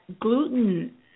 gluten